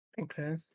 Okay